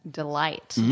delight